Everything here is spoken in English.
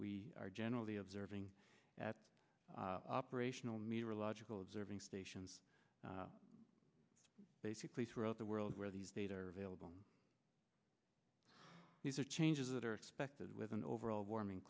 we are generally observing at operational meteorological observing stations basically throughout the world where these data are available these are changes that are expected with an overall warming